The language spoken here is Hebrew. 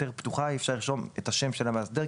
פתוחה; אי אפשר לרשום את השם של המאסדר,